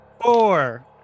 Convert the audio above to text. four